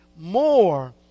more